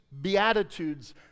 beatitudes